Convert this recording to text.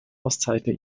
ostseite